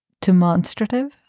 demonstrative